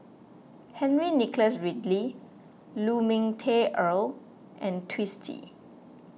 Henry Nicholas Ridley Lu Ming Teh Earl and Twisstii